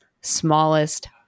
smallest